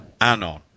Anon